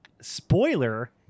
spoiler